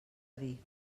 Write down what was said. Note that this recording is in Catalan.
dir